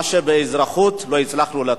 מה שבאזרחות לא הצלחנו לתת.